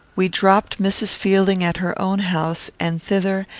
we dropped mrs. fielding at her own house, and thither,